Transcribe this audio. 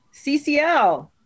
CCL